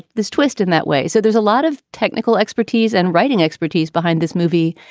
this twist in that way. so there's a lot of technical expertise and writing expertise behind this movie,